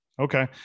Okay